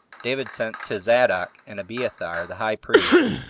david sent to zadok and abiathar the high priests,